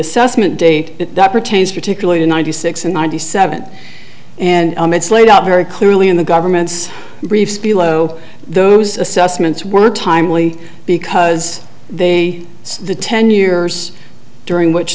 assessment date particularly in ninety six and ninety seven and it's laid out very clearly in the government's brief below those assessments were timely because they say the ten years during which